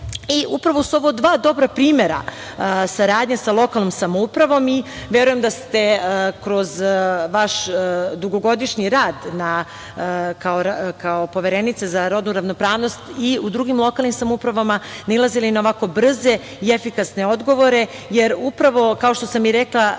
grafite. Upravo su ovo dva dobra primera saradnje sa lokalnom samoupravom. Verujem da ste kroz vaš dugogodišnji rad kao Poverenica za rodnu ravnopravnost i u drugim lokalnim samoupravama nailazili na ovako brze i efikasne odgovore, jer upravo, kao što sam i rekla,